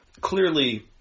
Clearly